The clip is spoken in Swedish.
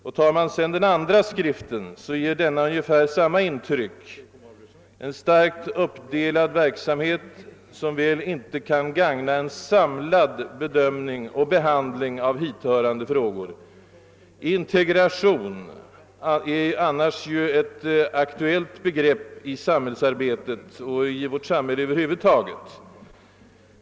Ser man på den andra skriften, gör den ungefär samma intryck: en starkt uppdelad verksamhet som väl inte kan gagna en samlad bedömning och behandling av hithörande frågor. Integration är ju annars ett aktuellt begrepp i samhällsarbetet och i vårt samhälle över huvud taget.